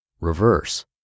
reverse